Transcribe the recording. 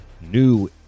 new